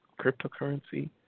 cryptocurrency